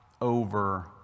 over